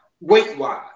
weight-wise